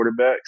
quarterbacks